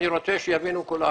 אני רוצה שיבינו כולם